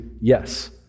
yes